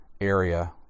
area